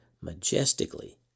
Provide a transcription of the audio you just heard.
majestically